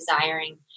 desiring